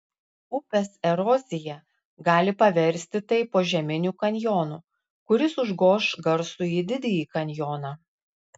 upės erozija gali paversti tai požeminiu kanjonu kuris užgoš garsųjį didįjį kanjoną